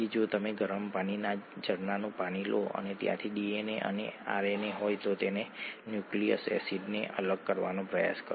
એકને એડીપીનું substrate level phosphorylation કહેવામાં આવે છે